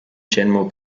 general